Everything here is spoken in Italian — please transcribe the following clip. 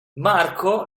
marco